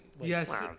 Yes